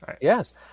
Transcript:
yes